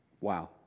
Wow